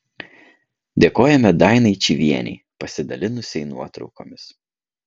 dėkojame dainai čyvienei pasidalinusiai nuotraukomis